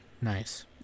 Nice